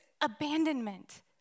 abandonment